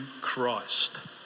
Christ